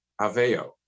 aveo